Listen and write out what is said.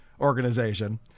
organization